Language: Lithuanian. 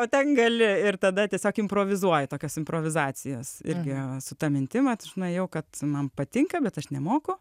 o ten gali ir tada tiesiog improvizuoji tokias improvizacijas irgi su ta mintim vat aš nuėjau kad man patinka bet aš nemoku